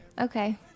Okay